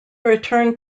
returned